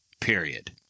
period